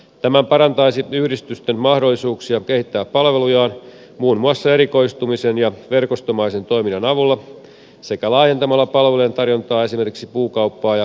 tämä parantaisi yhdistysten mahdollisuuksia kehittää palvelujaan muun muassa erikoistumisen ja verkostomaisen toiminnan avulla sekä laajentamalla palvelujen tarjontaa esimerkiksi puukauppaan ja metsätalouskiinteistöjen välitykseen